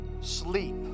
sleep